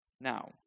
Now